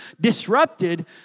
disrupted